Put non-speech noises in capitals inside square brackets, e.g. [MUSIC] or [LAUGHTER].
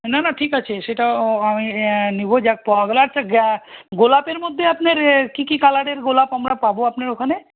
না না ঠিক আছে সেটা আমি নেব [UNINTELLIGIBLE] গোলাপের মধ্যে আপনার কী কী কালারের গোলাপ আমরা পাবো আপনার ওখানে